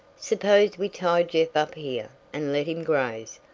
suppose we tie jeff up here, and let him graze,